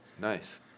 Nice